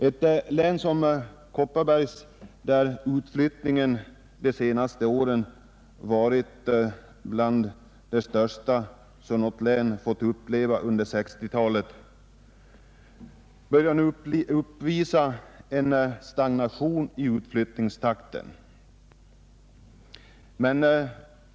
Ett län som Kopparbergs, från vilket utflyttningen de senaste åren varit bland de största som något län fått uppleva under 1960-talet, börjar nu uppvisa en stagnation i utflyttningstakten.